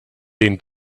den